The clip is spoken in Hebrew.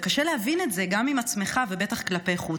וקשה להבין את זה, גם עם עצמך, ובטח כלפי חוץ.